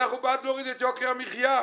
אנחנו בעד להוריד את יוקר המחיה.